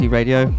Radio